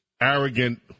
arrogant